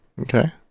Okay